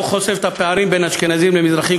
הדוח חושף את הפערים בין אשכנזים למזרחים,